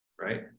Right